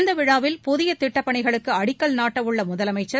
இந்த விழாவில் புதிய திட்டப் பணிகளுக்கு அடிக்கல் நாட்டவுள்ள முதலமைச்சர்